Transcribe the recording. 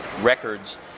records